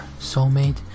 soulmate